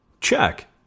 Check